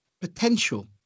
potential